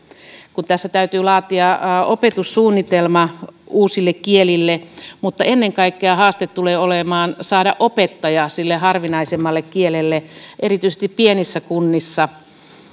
kun tässä täytyy laatia opetussuunnitelma uusille kielille mutta ennen kaikkea haaste tulee olemaan saada opettaja sille harvinaisemmalle kielelle erityisesti pienissä kunnissa